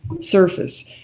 surface